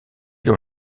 dans